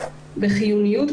בחיוניות,